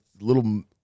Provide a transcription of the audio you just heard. Little